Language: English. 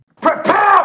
Prepare